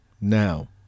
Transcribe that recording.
now